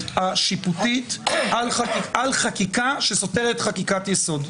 השיפוטית על חקיקה שסותרת חקיקת יסוד.